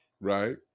right